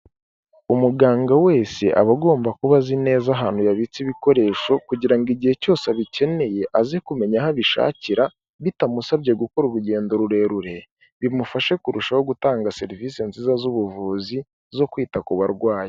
Umuganga wese aba agomba kuba azi neza ahantu yabitse ibikoresho kugira ngo igihe cyose abikeneye aze kumenya aho abishakira bitamusabye gukora urugendo rurerure, bimufashe kurushaho gutanga serivise nziza z'ubuvuzi zo kwita ku barwayi.